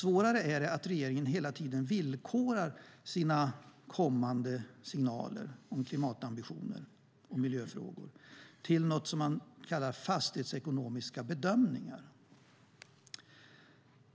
Svårare är det att regeringen hela tiden villkorar sina signaler om kommande ambitioner när det gäller klimat och miljöfrågor till något som man kallar fastighetsekonomiska bedömningar.